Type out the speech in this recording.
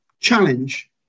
challenge